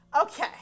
Okay